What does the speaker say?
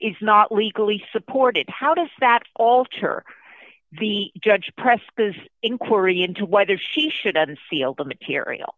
is not legally supported how does that alter the judge press because inquiry into whether she should unseal the material